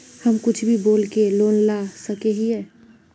हम कुछ भी बोल के लोन ला सके हिये?